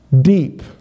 deep